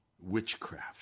witchcraft